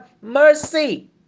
mercy